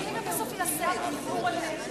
אני הייתי פעילה בצמצום הנזק.